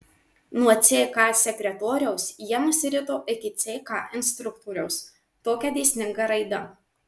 nuo ck sekretoriaus jie nusirito iki ck instruktoriaus tokia dėsninga raida